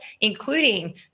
including